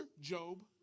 Job